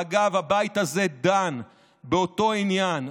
ואגב, הבית הזה דן באותו עניין,